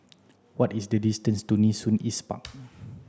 what is the distance to Nee Soon East Park